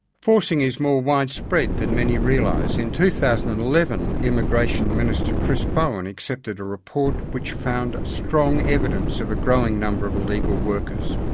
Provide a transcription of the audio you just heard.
forcing is more widespread than many realise. in two thousand and eleven immigration minister chris bowen accepted a report which found strong evidence of a growing number of illegal workers.